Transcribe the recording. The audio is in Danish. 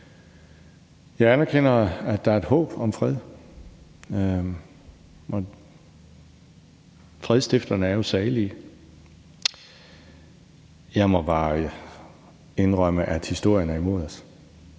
Jeg anerkender, at der er et håb om fred, og fredsstifterne er jo salige. Jeg må bare indrømme, at historien er imod os,